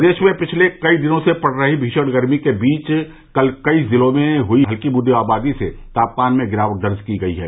प्रदेश में पिछले कई दिनों से पड़ रही भीषण गर्मी के बीच कल कई ज़िलों में हुई हल्की बूंदा बांदी से तापमान में गिरावट दर्ज़ की गयी है